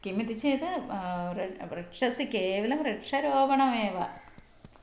किमिति चेत् वृक्षः वृक्षस्य केवलं वृक्षारोपणमेव